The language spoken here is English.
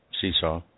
seesaw